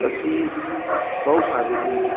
ꯃꯁꯤ ꯃꯍꯧꯁꯥꯗꯒꯤ